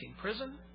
prison